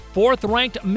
Fourth-ranked